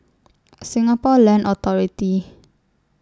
Singapore Land Authority